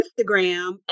Instagram